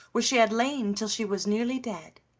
where she had lain till she was nearly dead.